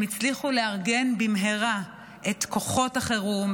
הם הצליחו לארגן במהרה את כוחות החירום,